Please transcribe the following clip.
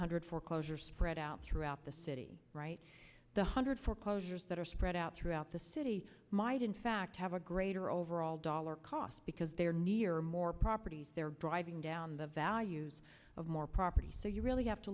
hundred foreclosure spread out throughout the city right the hundred foreclosures that are spread out throughout the city might in fact have a greater overall dollar cost because they're near more properties they're driving down the values of more property so you really have to